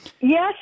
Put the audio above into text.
Yes